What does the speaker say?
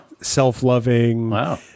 self-loving